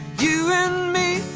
you and me,